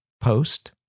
post